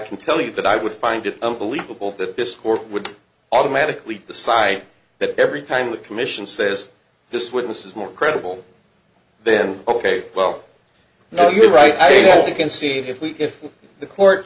can tell you that i would find it unbelievable that this court would automatically put the side that every time the commission says this witness is more credible then ok well no you're right i can see if we if the court